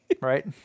Right